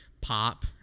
pop